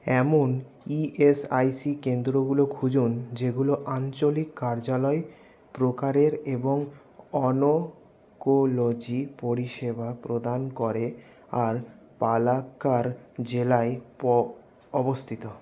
এমন ইএসআইসি কেন্দ্রগুলো খুঁজুন যেগুলো আঞ্চলিক কার্যালয় প্রকারের এবং অনকোলজি পরিষেবা প্রদান করে আর পালাক্কাড় জেলায় প অবস্থিত